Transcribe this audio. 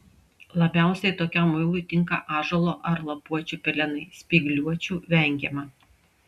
labiausiai tokiam muilui tinka ąžuolo ar lapuočių pelenai spygliuočių vengiama